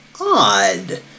Odd